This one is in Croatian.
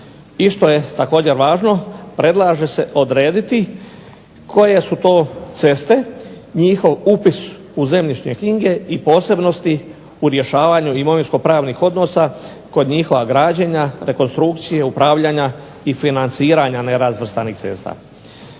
I što je također važno predlaže se odrediti koje su to ceste, njihov upis u zemljišne knjige i posebnosti u rješavanju imovinsko-pravnih odnosa kod njihova građenja, rekonstrukcije, upravljanja i financiranja nerazvrstanih cesta.